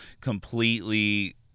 completely